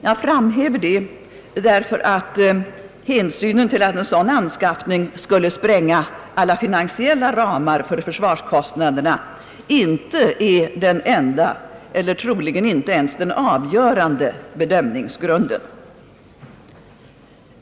Jag framhäver det, därför att hänsynen till att en sådan anskaffning skulle spränga alla finansiella ramar för försvarskostnaderna inte är den enda eller troligen inte ens den avgörande bedömningsgrunden.